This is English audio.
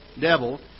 devil